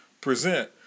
present